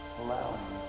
allowing